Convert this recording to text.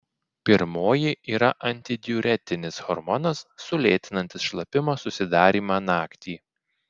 pirmoji yra antidiuretinis hormonas sulėtinantis šlapimo susidarymą naktį